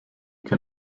can